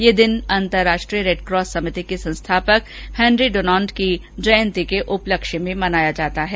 यह दिन अन्तर्राष्ट्रीय रेडक्रॉस समिति के संस्थापक हेनरी इनान्ट की जयंती के उपलक्ष्य में भी मनाया जाता है